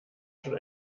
schon